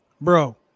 bro